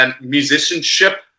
musicianship